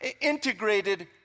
integrated